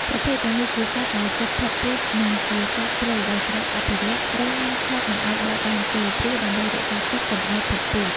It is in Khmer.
ប្រភេទទាំងនេះជាសត្វដែលជិតផុតពូជនិងជាសត្វព្រៃដែលត្រូវអភិរក្សត្រូវហាមឃាត់មិនឲ្យបរបាញ់ទេព្រោះដើម្បីរក្សាទុកកំុឲ្យផុតពូជ។